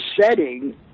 setting